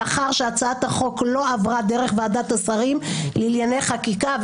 מאחר שהצעת החוק לא עברה דרך ועדת השרים לענייני חקיקה.